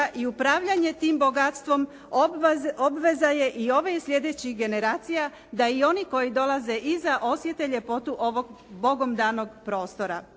i upravljanje tim bogatstvom obveza je i ove i sljedećih generacija da i oni koji dolaze iza osjete ljepotu ovog Bogom danog prostora.